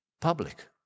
public